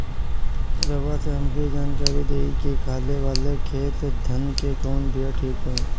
रउआ से हमके ई जानकारी देई की खाले वाले खेत धान के कवन बीया ठीक होई?